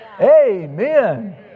Amen